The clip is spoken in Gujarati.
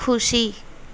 ખુશી